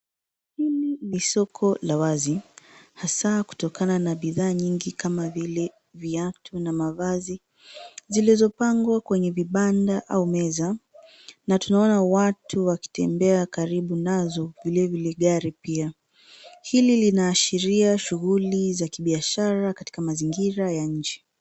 Ni soko la wazi, hasa kutokana na bidhaa nyingi kama vile viatu na mavazi, zilizopangwa kwenye vibanda au meza, na tunaona watu wakitembea karibu nazo vilevile gari pia. Hili linaashiria shughuli za kabiashara katika mazingira ya nje.